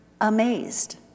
amazed